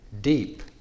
deep